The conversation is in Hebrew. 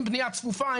עם בניה צפופה,